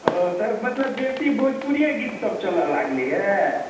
ओ तऽ मतलब बेसी भोजपुरिए गीत सब चलऽ लागलै अइ